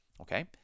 Okay